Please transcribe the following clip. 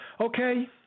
Okay